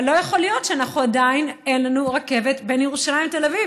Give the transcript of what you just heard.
לא יכול להיות שעדיין אין לנו רכבת בין ירושלים לתל אביב.